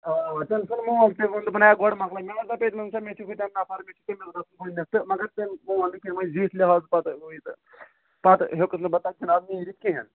آ تٔمۍ سُنٛد مول تہِ ووٚن دوٚپُن ہے گۄڈٕ مۅکلٲوٕنۍ مےٚ وَنسا تٔتی ونسا مےٚ چھِ ہوٚتٮ۪ن نفر بیٚیہِ تٔمِس گژھٕ تہٕ مگر تٔمۍ مون نہٕ کیٚنٛہہ وۄنۍ زِٹھۍ لحاظہٕ پَتہٕ ہُو یہِ تہٕ پَتہٕ ہیوٚکُس نہٕ بہٕ تَتہِ نہَ حظ نیٖرِتھ کیٚنٛہہ